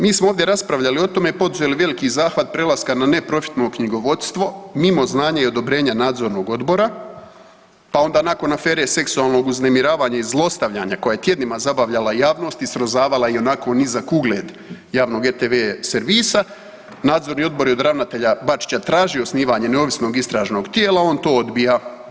Mi smo ovdje raspravljali o tome, poduzeli veliki zahvat prelaska na neprofitno knjigovodstvo, mimo znanja i odobrenja nadzornog odbora pa onda nakon afere seksualnog uznemiravanja i zlostavljanja koje je tjednima zabavljala javnost, srozavala ionako nizak ugled javnog RTV servisa, Nadzorni odbor je od ravnatelja Bačića tražio osnivanje neovisnog istražnog tijela, on to odbija.